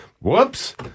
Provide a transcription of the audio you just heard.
whoops